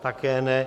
Také ne.